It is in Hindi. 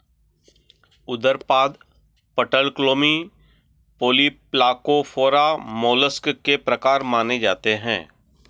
उदरपाद, पटलक्लोमी, पॉलीप्लाकोफोरा, मोलस्क के प्रकार माने जाते है